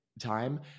time